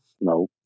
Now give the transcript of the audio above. no